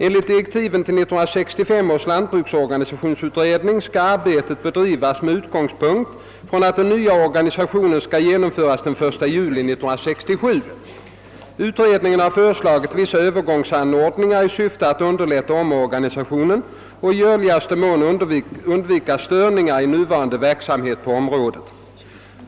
Enligt direktiven för 1965 års lantbruksorganisationsutredning skulle arbetet bedrivas med utgångspunkt från att den nya organisationen skall genomföras den 1 juli 1967. Utredningen har föreslagit vissa övergångsanordningar i syfte att underlätta omorganisationen och i görlig mån undvika störningar i nuvarande verksamhet på området.